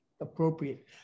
appropriate